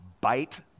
bite